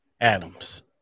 Adams